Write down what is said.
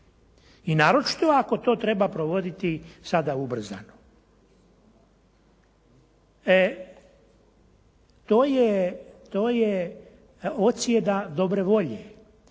I naročito ako to treba provoditi sada ubrzano. To je ocjena dobre volje.